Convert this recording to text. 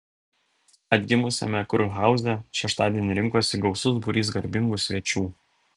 atgimusiame kurhauze šeštadienį rinkosi gausus būrys garbingų svečių